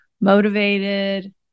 motivated